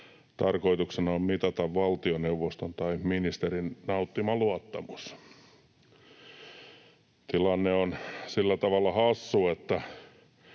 tarkoituksena on mitata valtioneuvoston tai ministerin nauttima luottamus. Tilanne on sillä tavalla hassu, että